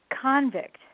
convict